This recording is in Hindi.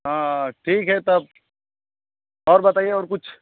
हँ ठीक है तब और बताइए और कुछ